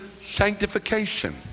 sanctification